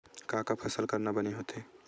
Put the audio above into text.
का का फसल करना बने होथे?